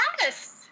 Yes